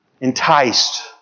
enticed